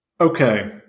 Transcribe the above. Okay